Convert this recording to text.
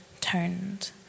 turned